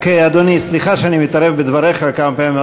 אדוני, סליחה שאני מתערב בדבריך כמה פעמים.